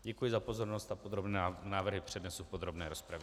Děkuji za pozornost a podrobné návrhy přednesu v podrobné rozpravě.